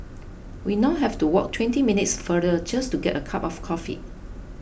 we now have to walk twenty minutes farther just to get a cup of coffee